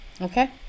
okay